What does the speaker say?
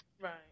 Right